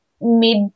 mid